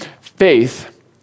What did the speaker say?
faith